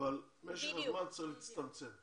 אבל משך הזמן צריך להתקצר.